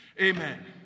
Amen